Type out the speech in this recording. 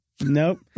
Nope